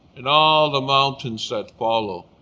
and all the mountains that follow.